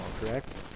correct